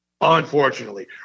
unfortunately